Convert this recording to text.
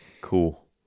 Cool